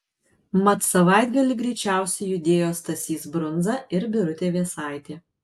mat savaitgalį greičiausiai judėjo stasys brunza ir birutė vėsaitė